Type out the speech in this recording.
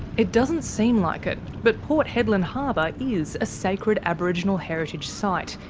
it doesn't seem like it, but port hedland harbour is a sacred aboriginal heritage site,